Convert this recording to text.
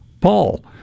Paul